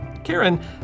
Karen